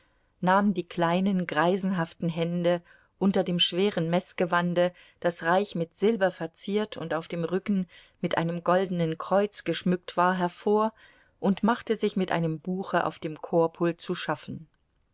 nahm die kleinen greisenhaften hände unter dem schweren meßgewande das reich mit silber verziert und auf dem rücken mit einem goldenen kreuz geschmückt war hervor und machte sich mit einem buche auf dem chorpult zu schaffen